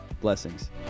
Blessings